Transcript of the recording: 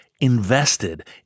invested